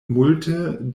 multe